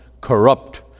corrupt